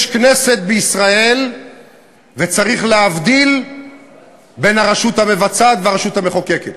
יש כנסת בישראל וצריך להבדיל בין הרשות המבצעת והרשות המחוקקת.